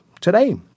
today